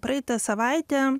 praeitą savaitę